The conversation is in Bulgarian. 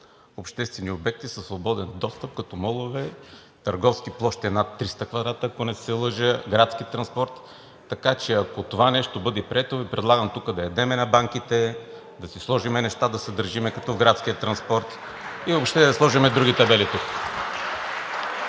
обществени обекти със свободен достъп, като молове, търговски площи над 300 квадрата, ако не се лъжа, градски транспорт. Така че ако това нещо бъде прието, Ви предлагам тук да ядем на банките, да си сложим неща, да се държим като в градския транспорт и въобще да сложим други табели тук.